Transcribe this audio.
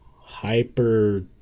hyper